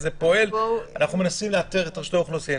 אנחנו מנסים לאתר את רשות האוכלוסין.